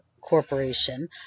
Corporation